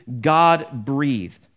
God-breathed